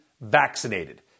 vaccinated